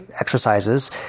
exercises